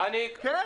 כן.